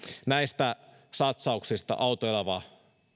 näistä satsauksista autoileva